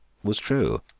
was true.